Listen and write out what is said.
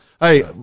hey